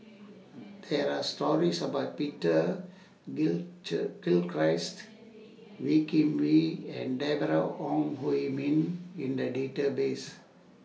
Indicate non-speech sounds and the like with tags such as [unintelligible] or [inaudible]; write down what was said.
There Are stories about Peter [unintelligible] Gilchrist Wee Kim Wee and Deborah Ong Hui Min in The databases